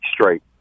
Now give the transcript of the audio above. straight